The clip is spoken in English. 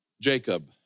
Jacob